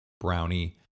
brownie